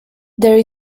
there